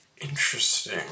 Interesting